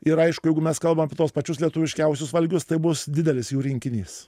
ir aišku jeigu mes kalbam apie tuos pačius lietuviškiausius valgius tai bus didelis jų rinkinys